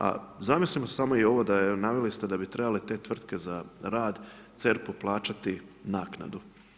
A zamislimo samo i ovo da je, naveli ste da bi trebale te tvrtke za rad CERP-u plaćati naknadu.